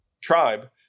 tribe